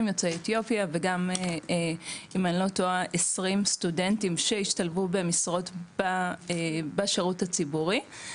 יוצאי אתיופיה וגם 20 סטודנטים שהשתלבו במשרות בשירות הציבורי.